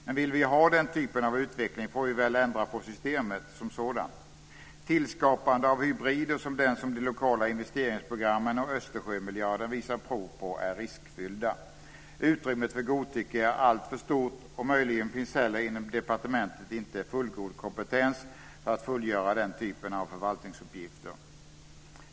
Men vill vi ha den typen av utveckling får vi väl ändra på systemet som sådant. Tillskapande av hybrider som den som de lokala investeringsprogrammen och Östersjömiljarden visar prov på är riskfyllt. Utrymmet för godtycke är alltför stort, och möjligen finns det heller inte inom departementen fullgod kompetens för att fullgöra den typen av förvaltningsuppgifter.